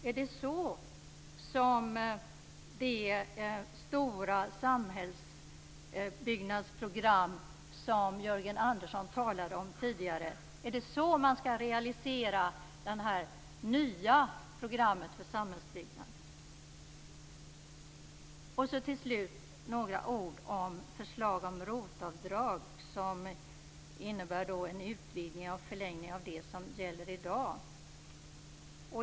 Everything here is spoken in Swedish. Är det så man skall realisera det stora, nya samhällsbyggnadsprogram som Jörgen Andersson tidigare talade om? Till slut några ord om förslaget om ROT-avdrag, som innebär en utvidgning eller förlängning av det som gäller i dag.